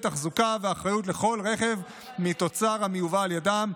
תחזוקה ואחריות לכל רכב מתוצר המיובא על ידם,